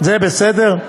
זה בסדר,